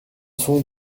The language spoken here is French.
sont